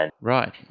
Right